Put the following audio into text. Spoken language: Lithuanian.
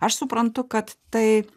aš suprantu kad tai